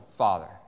Father